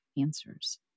answers